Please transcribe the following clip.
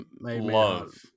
love